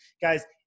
guys